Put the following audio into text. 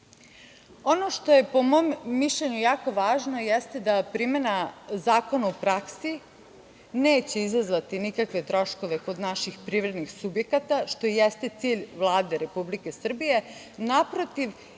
što je po mom mišljenju jako važno jeste da primena zakona u praksi neće izazvati nikakve troškove kod naših privrednih subjekata, što jeste cilj Vlade Republike Srbije. Naprotiv,